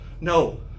No